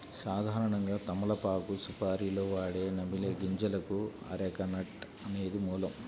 సాధారణంగా తమలపాకు సుపారీలో వాడే నమిలే గింజలకు అరెక నట్ అనేది మూలం